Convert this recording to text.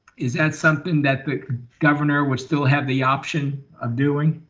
is that something that the governor would still have the option of doing?